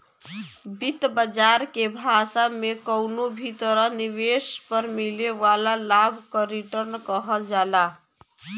वित्त बाजार के भाषा में कउनो भी तरह निवेश पर मिले वाला लाभ क रीटर्न कहल जाला